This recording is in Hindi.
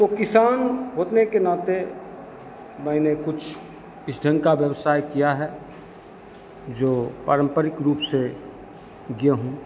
तो किसान होने के नाते मैंने कुछ इस ढंग का व्यवसाय किया है जो पारंपरिक रूप से गेंहू